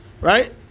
Right